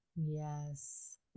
Yes